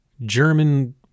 German